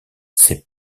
c’est